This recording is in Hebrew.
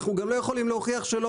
אנחנו גם לא יכולים להוכיח שלא,